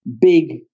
big